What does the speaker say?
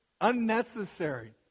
unnecessary